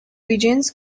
regions